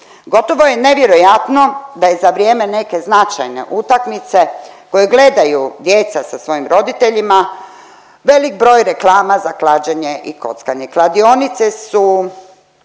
Gotovo je nevjerojatno da je za vrijeme neke značajne utakmice koju gledaju djeca sa svojim roditeljima velik broj reklama za klađenje i kockanje. Kladionice su